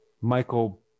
Michael